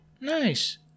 Nice